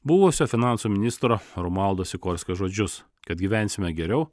buvusio finansų ministro romualdo sikorskio žodžius kad gyvensime geriau